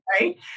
right